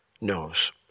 knows